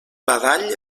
badall